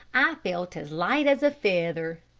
i felt as light as a feather.